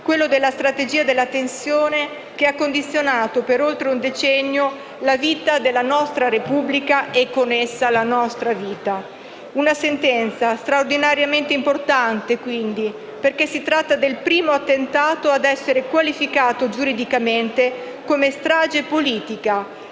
quello della strategia della tensione, che ha condizionato per oltre un decennio la vita della nostra Repubblica e con essa la nostra vita. Una sentenza straordinariamente importante, quindi, perché si tratta del primo attentato ad essere qualificato giuridicamente come strage politica